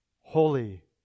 holy